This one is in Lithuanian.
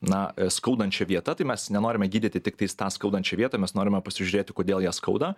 na skaudančia vieta tai mes nenorime gydyti tiktais tą skaudančią vietą mes norime pasižiūrėti kodėl ją skauda